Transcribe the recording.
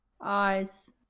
eyes